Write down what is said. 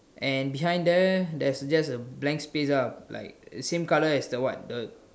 and behind there there's just a blank space ah like same colour as the what the